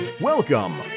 Welcome